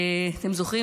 אתם זוכרים?